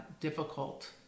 difficult